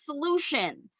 solution